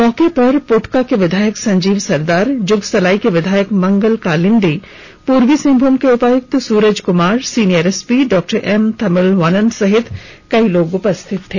मौके पर पोटका के विधायक संजीव सरदार जुगसलाई के विधायक मंगल कालिंदी पूर्वी सिंहभूम के उपायुक्त Suraj Kumar senior SP doctor M Tamilvanan सहित कई लोग उपस्थित थे